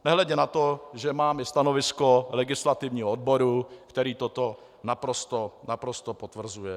Nehledě na to, že mám i stanovisko legislativního odboru, který toto naprosto potvrzuje.